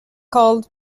cold